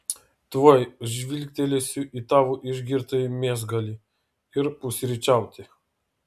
tuoj žvilgtelėsiu į tavo išgirtąjį mėsgalį ir pusryčiauti